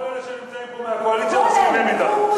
כל אלה שנמצאים פה מהקואליציה מסכימים אתך.